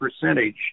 percentage